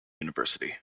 university